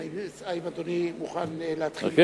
האם אדוני מוכן להתחיל בנושא?